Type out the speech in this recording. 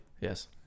Yes